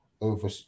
over